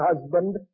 husband